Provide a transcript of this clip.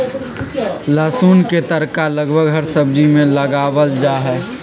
लहसुन के तड़का लगभग हर सब्जी में लगावल जाहई